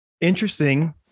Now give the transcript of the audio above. interesting